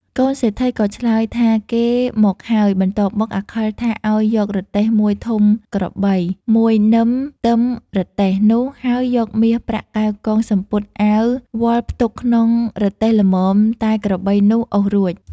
កូនសេដ្ឋីក៏ឆ្លើយថាគេមកហើយ បន្ទាប់មក អាខិលថាឲ្យយករទេះមួយធំក្របី មួយនឹមទឹមរទេះ នោះហើយយកមាសប្រាក់កែវកងសំពត់អាវ វាល់ផ្ទុកក្នុងរទេះល្មមតែក្របីនោះអូសរួច។